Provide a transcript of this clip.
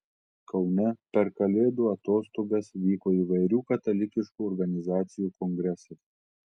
kaune per kalėdų atostogas vyko įvairių katalikiškų organizacijų kongresas